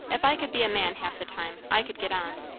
if i could be a man half the time, i could get on.